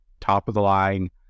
top-of-the-line